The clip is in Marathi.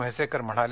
म्हेसेकर म्हणाले